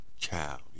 child